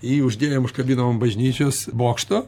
jį uždėjom užkabinom ant bažnyčios bokšto